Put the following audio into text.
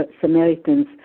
Samaritans